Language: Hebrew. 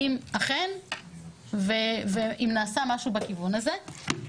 האם אכן ואם נעשה משהו בכיוון הזה.